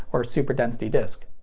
or super density disc.